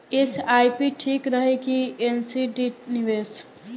SIP ठीक रही कि एन.सी.डी निवेश?